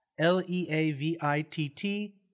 L-E-A-V-I-T-T